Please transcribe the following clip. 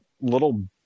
little